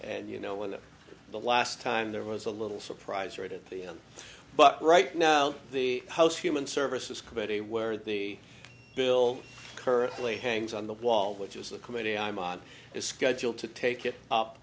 and you know when the last time there was a little surprise right at the end but right now the house human services committee where the bill currently hangs on the wall which is the committee i'm on is scheduled to take it up